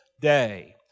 day